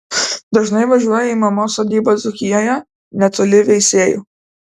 dažnai važiuoja į mamos sodybą dzūkijoje netoli veisiejų